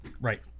Right